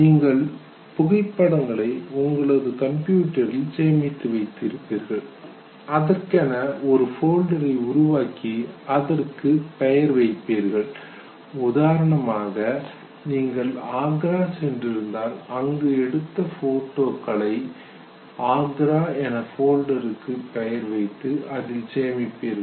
நீங்கள் புகைப்படங்களை உங்களது கம்ப்யூட்டரில் சேமித்து வைத்திருப்பீர்கள் அதற்குகென ஒரு ஃபோல்டரை உருவாக்கி அதற்கு பெயர் வைப்பீர்கள் உதாரணமாக நீங்கள் ஆக்ரா சென்று இருந்தால் அங்கு எடுத்த போட்டோக்களை ஆக்ரா என போல்டருக்கு பெயர் வைத்து அதில் சேமிப்பிர்கள்